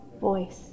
voice